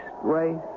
race